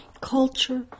culture